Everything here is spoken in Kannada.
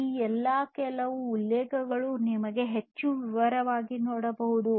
ಈ ಕೆಲವು ಉಲ್ಲೇಖಗಳನ್ನು ನೀವು ಹೆಚ್ಚು ವಿವರವಾಗಿ ನೋಡಬಹುದು